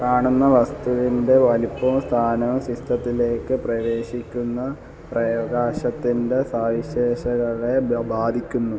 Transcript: കാണുന്ന വസ്തുവിൻ്റെ വലുപ്പവും സ്ഥാനവും സിസ്റ്റത്തിലേക്ക് പ്രവേശിക്കുന്ന പ്രകാശത്തിൻ്റെ സവിശേഷകളെ ബ്ല ബാധിക്കുന്നു